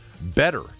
better